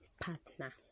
partner